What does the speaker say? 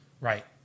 Right